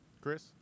Chris